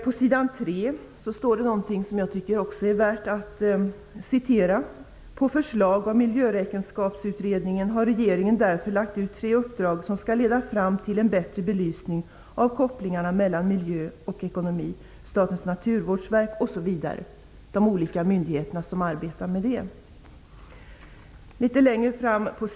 Också på s. 3 anförs något som jag tycker är värt att citera: 1991:37) har regeringen därför lagt ut tre uppdrag som skall leda fram till en bättre belysning av kopplingarna mellan ekonomi och miljö.'' Därefter nämns Statens naturvårdsverk och de andra myndigheter som arbetar med detta.